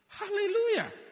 Hallelujah